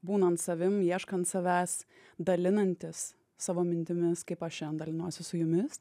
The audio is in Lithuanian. būnant savim ieškant savęs dalinantis savo mintimis kaip aš šiandien dalinuosi su jumis